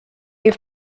have